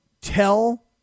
tell